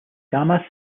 gamma